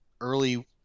early